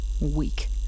Weak